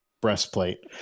breastplate